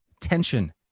tension